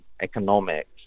economics